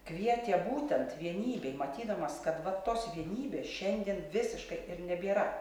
kvietė būtent vienybei matydamas kad va tos vienybės šiandien visiškai ir nebėra